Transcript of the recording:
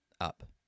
up